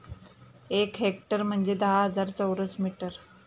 एक हेक्टर म्हणजे दहा हजार चौरस मीटर